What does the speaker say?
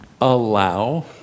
allow